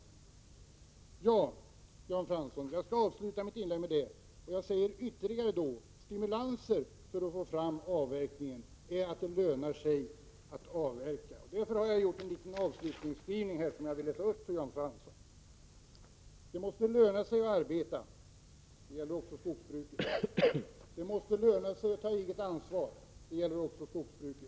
Jag skall, Jan Fransson, avsluta mitt inlägg med att säga att en stimulans för att få till stånd avverkning är att det lönar sig att avverka. Jag har skrivit ned några rader som jag vill läsa upp för Jan Fransson: Prot. 1987/88:99 Det måste löna sig att arbeta — det gäller också skogsbruket. 13 april 1988 Det måste löna sig att ta eget ansvar — det gäller också skogsbruket.